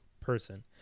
person